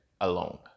alone